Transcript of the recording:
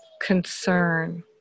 concern